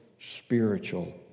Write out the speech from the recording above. spiritual